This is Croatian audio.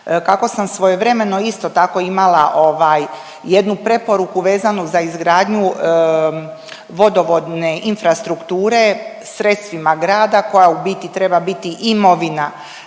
Kako sam svojevremeno isto tako imala jednu preporuku vezanu za izgradnju vodovodne infrastrukture sredstvima grada koja u biti treba biti imovina